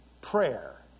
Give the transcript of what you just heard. prayer